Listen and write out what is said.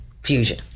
fusion